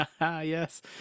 yes